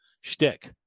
shtick